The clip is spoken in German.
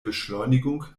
beschleunigung